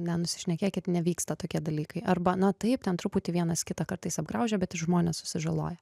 nenusišnekėkit nevyksta tokie dalykai arba na taip ten truputį vienas kitą kartais apgraužia bet ir žmonės susižaloja